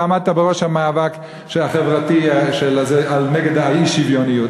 אתה עמדת בראש המאבק החברתי נגד האי-שוויוניות.